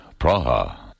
Praha